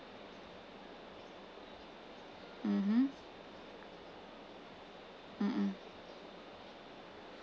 mmhmm mm mm